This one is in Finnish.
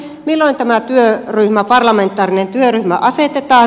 milloin tämä parlamentaarinen työryhmä asetetaan